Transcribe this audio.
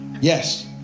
Yes